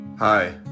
Hi